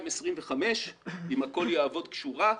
ב-2025, אם הכול יעבוד כשורה,